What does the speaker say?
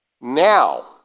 Now